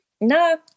No